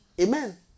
Amen